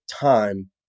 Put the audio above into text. time